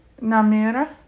Namera